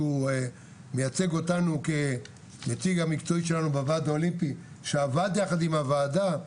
שהוא הנציג המקצועי שלנו בוועד האולימפי ועבד יחד עם הוועדה,